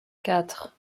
quatre